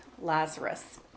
Lazarus